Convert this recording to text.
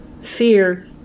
fear